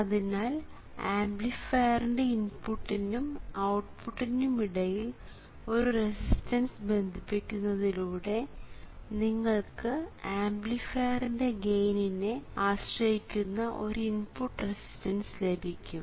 അതിനാൽ ആംപ്ലിഫയറിന്റെ ഇൻപുട്ടിനും ഔട്ട്പുട്ടിനും ഇടയിൽ ഒരു റെസിസ്റ്റൻസ് ബന്ധിപ്പിക്കുന്നതിലൂടെ നിങ്ങൾക്ക് ആംപ്ലിഫയറിന്റെ ഗെയിനിനെ ആശ്രയിക്കുന്ന ഒരു ഇൻപുട്ട് റെസിസ്റ്റൻസ് ലഭിക്കും